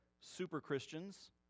super-Christians